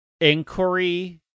inquiry